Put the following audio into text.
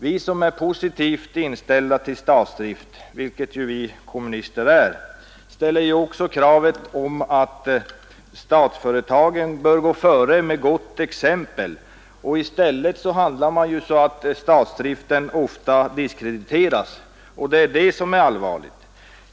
Vi som är positivt inställda till statsdrift — vilket ju vi kommunister är — ställer också kravet att statsföretagen skall gå före med gott exempel. I stället handlar man nu så, att statsdriften ofta diskrediteras. Det är detta som är allvarligt.